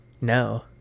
no